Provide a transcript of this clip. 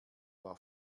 war